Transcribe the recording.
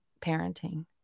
parenting